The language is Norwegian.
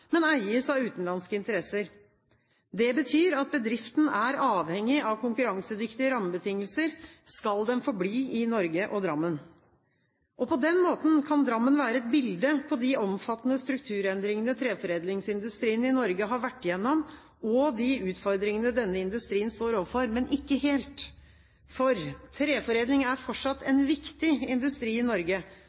men eies av utenlandske interesser. Det betyr at bedriften er avhengig av konkurransedyktige rammebetingelser dersom den skal forbli i Norge og Drammen. På den måten kan Drammen være et bilde på de omfattende strukturendringene treforedlingsindustrien i Norge har vært igjennom, og de utfordringene denne industrien står overfor – men ikke helt. For treforedling er fortsatt en viktig industri i Norge,